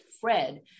Fred